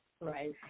Right